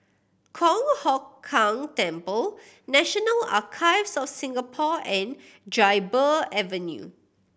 Kong Hock Keng Temple National Archives of Singapore and Dryburgh Avenue